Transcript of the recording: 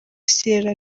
sierra